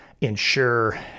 ensure